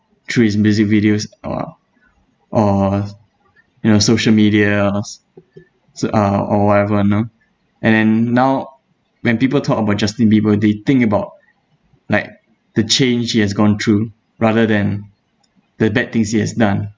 through his music videos or or you know social medias s~ uh or whatever you know and now when people talk about justin bieber they think about like the change he has gone through rather than the bad things he has done